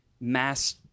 mass